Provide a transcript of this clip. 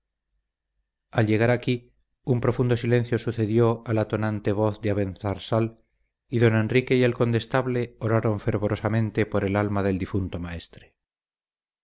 al llegar aquí un profundo silencio sucedió a la tonante voz de abenzarsal y don enrique y el condestable oraron fervorosamente por el alma del difunto maestre